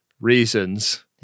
reasons